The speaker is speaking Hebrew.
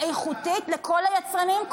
הולכה איכותית לכל היצרנים,